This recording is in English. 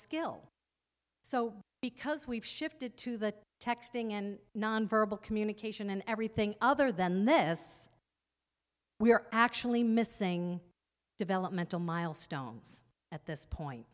skill so because we've shifted to the texting and nonverbal communication and everything other than this we're actually missing developmental milestones at this point